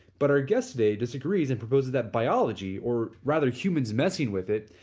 but our guest today disagrees and proposes that biology or rather humans messing with it,